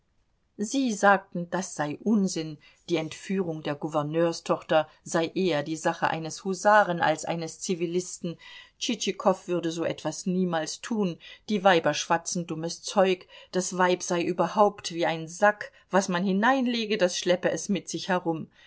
sie sagten das sei unsinn die entführung der gouverneurstochter sei eher die sache eines husaren als eines zivilisten tschitschikow würde so etwas niemals tun die weiber schwatzen dummes zeug das weib sei überhaupt wie ein sack was man hineinlege das schleppe es mit sich herum